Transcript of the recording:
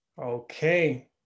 Okay